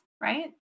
right